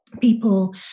People